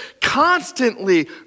constantly